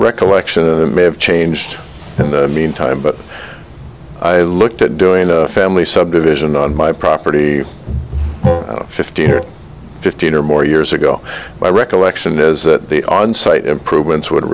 recollection of that may have changed in the meantime but i looked at doing a family subdivision on my property fifteen or fifteen or more years ago my recollection is that the on site improvements would